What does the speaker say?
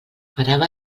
parava